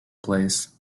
plays